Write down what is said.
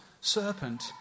serpent